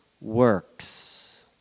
works